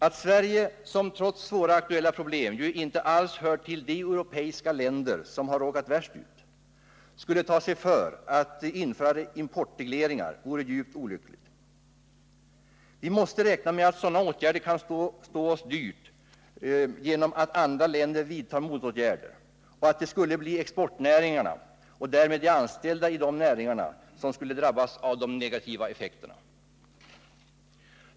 Att Sverige, som trots svåra aktuella problem ju inte alls hör till de europeiska länder som har råkat värst ut, skulle ta sig för att införa importregleringar vore djupt olyckligt. Vi måste räkna med att sådana åtgärder kan stå oss dyrt genom att andra länder vidtar motåtgärder och att det skulle bli exportnäringarna och därmed de anställda i dessa näringar som skulle drabbas av de negativa effekterna.